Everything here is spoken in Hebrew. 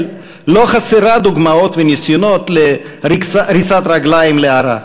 לא חסרה דוגמאות וניסיונות לריצת רגליים להרע,